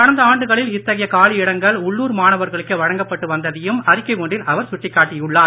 கடந்த ஆண்டுகளில் இத்தகைய காலியிடங்கள் உள்ளூர் மாணவர்களுக்கே வழங்கப்பட்டு வந்ததையும் அறிக்கை ஒன்றில் அவர் சுட்டிக்காட்டியுள்ளார்